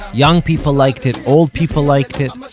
young people liked it, old people liked it.